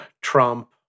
trump